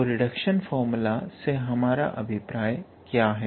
तो reduction formula से हमारा क्या अभिप्राय है